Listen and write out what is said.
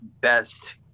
best